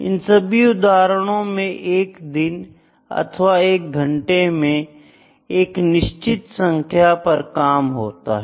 इन सभी उदाहरणों में एक दिन अथवा एक घंटे में एक निश्चित संख्या पर काम होता है